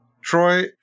Troy